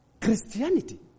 Christianity